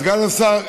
סגן השר,